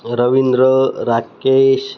Ravindra Rakesh